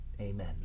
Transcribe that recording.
Amen